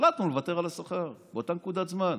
החלטנו לוותר על השכר באותה נקודת זמן.